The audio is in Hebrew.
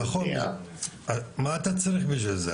נכון, מה אתה צריך בשביל זה?